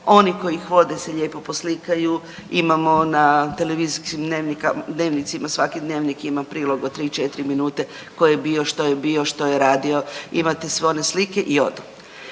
oni koji ih vode se lijepo poslikaju, imamo na televizijskim dnevnicima, svaki dnevnik ima prilog od 3-4 minute, tko je bio, što je bio, što je radio imate sve one slike i ode,